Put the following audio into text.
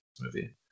movie